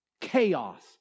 chaos